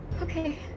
Okay